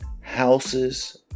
houses